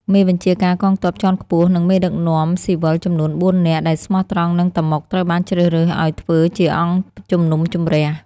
មេបញ្ជាការកងទ័ពជាន់ខ្ពស់ និងមេដឹកនាំស៊ីវិលចំនួនបួននាក់ ដែលស្មោះត្រង់នឹង តាម៉ុក ត្រូវបានជ្រើសរើសឱ្យធ្វើជាអង្គជំនុំជម្រះ។